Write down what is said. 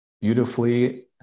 beautifully